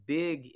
big